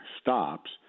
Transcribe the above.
stops